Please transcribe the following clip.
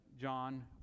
John